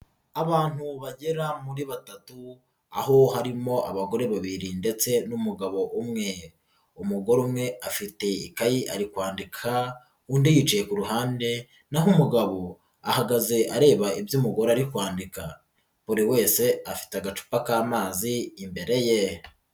Abantu bagera muri batatu, aho harimo abagore babiri ndetse n'umugabo umwe, umugore umwe afite ikayi ari kwandika, undi yicaye ku ruhande, naho umugabo ahagaze areba iby'umugore ari kwandika, buri wese afite agacupa k'amazi imbere ye.